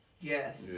Yes